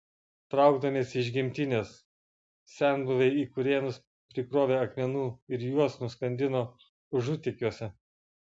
traukdamiesi iš gimtinės senbuviai į kurėnus prikrovė akmenų ir juos nuskandino užutėkiuose